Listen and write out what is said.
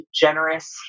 generous